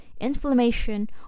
inflammation